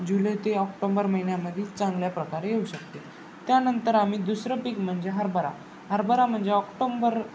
जुलै ते ऑक्टोंबर महिन्यामध्येच चांगल्या प्रकारे येऊ शकते त्यानंतर आम्ही दुसरं पीक म्हणजे हरभरा हरभरा म्हणजे ऑक्टोंबर